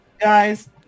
guys